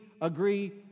agree